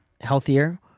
Healthier